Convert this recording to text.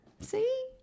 See